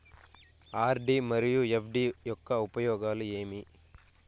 RD మరియు FD యొక్క ఉపయోగాలు ఏమి?